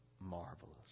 marvelous